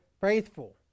faithful